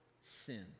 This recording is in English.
sin